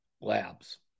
labs